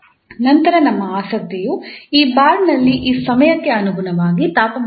ನಂತರ ನಮ್ಮ ಆಸಕ್ತಿಯು ಈ ಬಾರ್ನಲ್ಲಿ ಸಮಯಕ್ಕೆ ಅನುಗುಣವಾಗಿ ತಾಪಮಾನವು ಏನು ಎಂದು